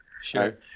Sure